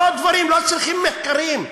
לא דברים, לא צריכים מחקרים.